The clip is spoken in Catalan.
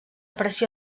pressió